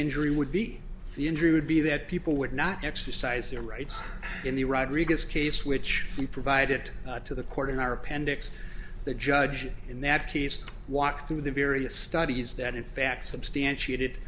injury would be the injury would be that people would not exercise their rights in the rodriguez case which we provided to the court in our appendix the judge in that case walk through the various studies that in fact substantiated